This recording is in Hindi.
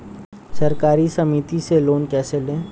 सहकारी समिति से लोन कैसे लें?